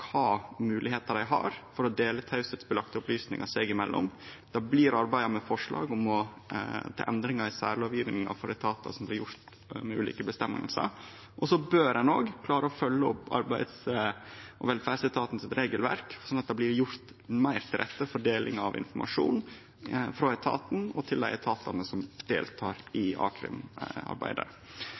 kva moglegheiter dei har for å dele teiepliktige opplysningar seg imellom. Det blir arbeidd med forslag til endringar i særlovgjevinga for etatar som har slike føresegner. Så bør ein òg klare å følgje opp regelverket til arbeids- og velferdsetaten, slik at det blir lagt betre til rette for deling av informasjon frå etaten og til dei andre etatane som deltek i